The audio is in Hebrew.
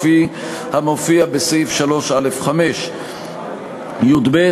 כפי המופיע בסעיף 3(א)(5); יב.